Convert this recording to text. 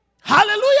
Hallelujah